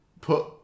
put